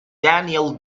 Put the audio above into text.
daniel